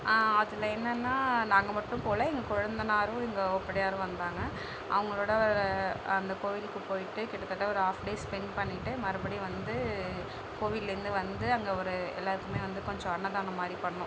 அதில் என்னன்னா நாங்கள் மட்டும் போகல எங்கள் கொழுந்தனாரும் எங்கள் ஓப்டியாரும் வந்தாங்க அவங்களோட வேற அந்த கோவிலுக்கு போய்ட்டு கிட்டத்தட்ட ஒரு ஹாஃப்டே ஸ்பெண்ட் பண்ணிட்டு மறுபடியும் வந்து கோவில்ல இருந்து வந்து அங்கே ஒரு எல்லாருக்குமே வந்து கொஞ்சம் அன்னதானம் மாதிரி பண்ணோம்